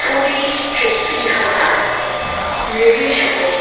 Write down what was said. થોડી ચોખ્ખી હવા મેળવી શકો